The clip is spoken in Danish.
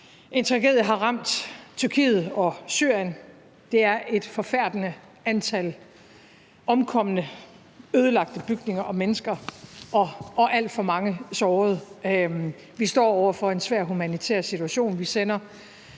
En tragedie har ramt Tyrkiet og Syrien. Der er et forfærdende antal omkomne, ødelagte bygninger og mennesker og alt for mange sårede. Vi står over for en svær humanitær situation. Vi sender